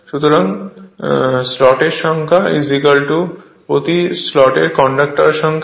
সুতরাং স্লটের সংখ্যা প্রতি স্লটের কন্ডাক্টরের সংখ্যা